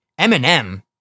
Eminem